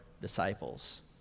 disciples